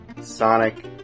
Sonic